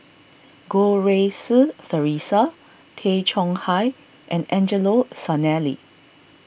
Goh Rui Si theresa Tay Chong Hai and Angelo Sanelli